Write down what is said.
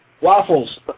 Waffles